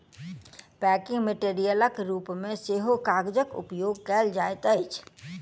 packing मेटेरियलक रूप मे सेहो कागजक उपयोग कयल जाइत अछि